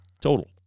Total